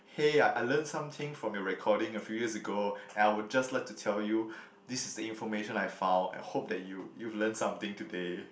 hey I learnt something from your recording a few years ago and I would just like to tell you this is the information I found and hope that you you've learnt something today